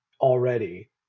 already